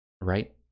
Right